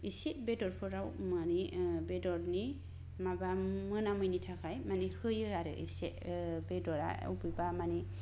एसे बेदरफोराव मानि बेदरनि माबा मोनामैनि थाखाय मानि होयो आरो एसे बेदरा अबेबा मानि